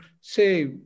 say